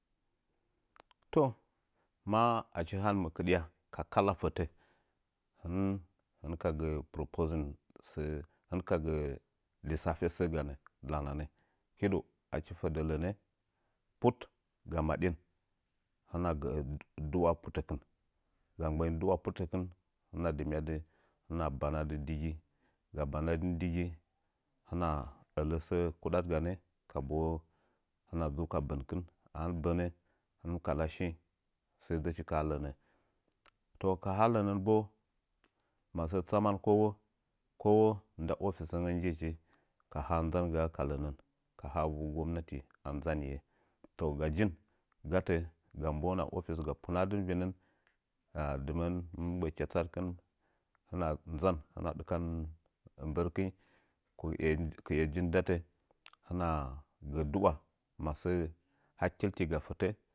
Toh ma achi han mɨ kɨɗga ka kala fətə hɨn hɨnka gə prəposing sə hɨn ka gə lissafa sə ganə lanənə hidəu achi fədə lənə pu ga maɗin hɨnə gə adlia putəkɨn ga gbə'in duwa putəkɨn hɨna dɨmuyadɨ hɨma banadɨ dɨgi ga banadm digi hɨna ələ səə kudaganə ka mbo hɨna dzu ka bənkɨn ahɨn mɨ bənə hɨm mɨ kala shing sai dzɨchi kaha lənə mbo masə tsama kowo kawo nda əffisəngən njichi ha ndzangaa ka lənən ka ha vu gəmnati a ndzanye to ga jin gatə ga mbu'in a office ga punadɨn vinən ga dɨmə'ən mɨ gbəꞌə kyatsad kɨn hɨna ndzan hɨna dikan mbərkəng kuye njin ndatə hɨna gə duwa masəə hakkiltiga fitə.